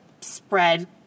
spread